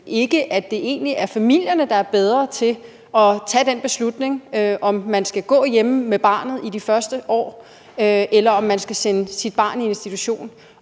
ikke, at det egentlig er familierne, der er bedre til at tage den beslutning, om man skal gå hjemme med barnet i de første år, eller om man skal sende sit barn i institution?